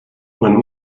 when